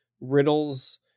riddles